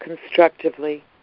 constructively